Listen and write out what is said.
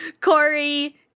Corey